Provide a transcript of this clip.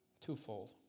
Twofold